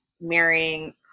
marrying –